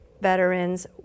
veterans